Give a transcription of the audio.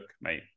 mate